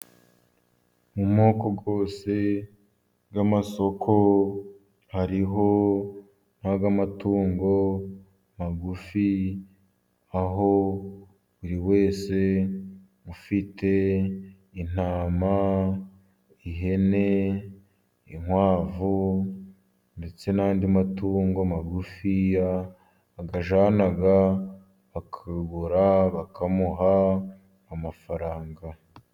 Mu moko yose y'amasoko hariho n'ay'amatungo magufi, aho buri wese ufite intama, ihene, inkwavu ndetse n'andi matungo magufiya ayajyana bakayagura bakamuha amafaranga.